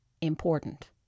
important